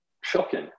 shocking